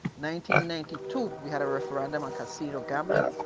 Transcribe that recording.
ninety ninety two, we had a referendum on casino gambling,